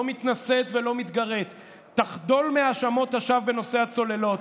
לא מתנשאת ולא מתגרה: תחדל מהאשמות השווא בנושא הצוללות,